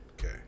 Okay